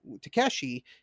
Takeshi